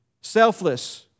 selfless